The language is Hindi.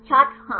छात्र हाँ